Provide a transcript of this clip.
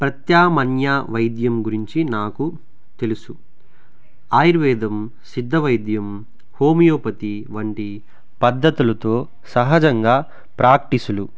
ప్రత్యామ్నాయ వైద్యం గురించి నాకు తెలుసు ఆయుర్వేదం సిద్ధవైద్యం హోమియోపతి వంటి పద్ధతులతో సహజంగా ప్రాక్టీసులు